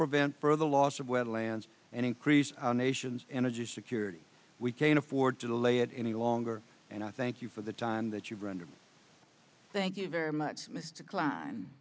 prevent further loss of wetlands and increase our nation's energy security we can't afford to lay it any longer and i thank you for the time that you've rendered thank you very much m